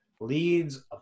leads